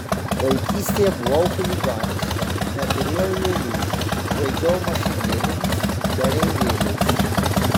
vaikystėje buvau chuliganiška neturėjau lėlių žaidžiau mašinėlėmis kareivėliais